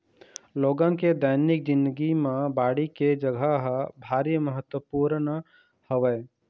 लोगन के दैनिक जिनगी म बाड़ी के जघा ह भारी महत्वपूर्न हवय